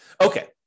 Okay